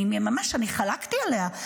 אני ממש חלקתי עליה.